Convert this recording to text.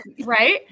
right